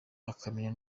akamenya